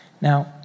Now